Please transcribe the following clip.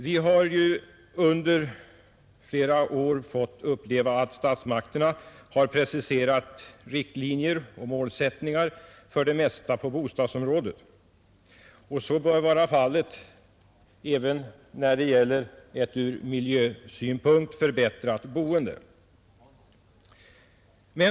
Vi har ju under flera år fått uppleva att statsmakterna har preciserat riktlinjer och målsättningar för det mesta på bostadsområdet, och så bör vara fallet även när det gäller ett ur miljösynpunkt förbättrat boende.